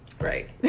right